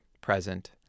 present